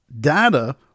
data